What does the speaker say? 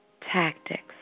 tactics